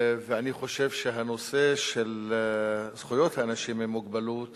ואני חושב שהנושא של זכויות אנשים עם מוגבלות